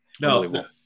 No